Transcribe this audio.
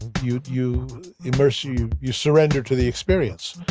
you you immerse, you you surrender to the experience.